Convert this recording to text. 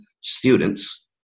students